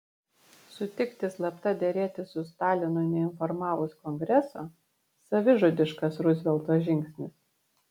sutikti slapta derėtis su stalinu neinformavus kongreso savižudiškas ruzvelto žingsnis